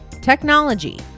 technology